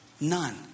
None